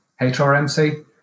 HRMC